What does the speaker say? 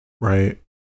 right